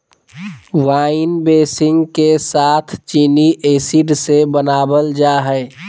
wine बेसींग के साथ चीनी एसिड से बनाबल जा हइ